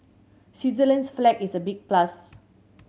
Switzerland's flag is a big plus